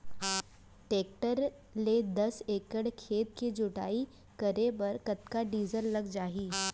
Tractor ले दस एकड़ खेत के जुताई करे बर कतका डीजल लग जाही?